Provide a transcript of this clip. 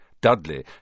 Dudley